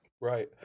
Right